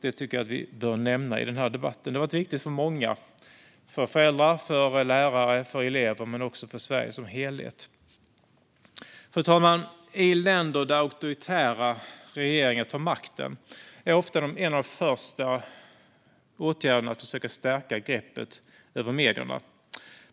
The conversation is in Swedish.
Det tycker jag att vi bör nämna i den här debatten. Det har varit viktigt för många - för föräldrar, lärare och elever, men också för Sverige som helhet. Fru talman! I länder där auktoritära regeringar tar makten är en av de första åtgärderna ofta att försöka stärka greppet om medierna.